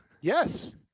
Yes